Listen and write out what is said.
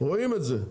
רואים את זה.